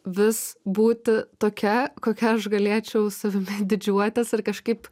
vis būti tokia kokia aš galėčiau savimi didžiuotis ar kažkaip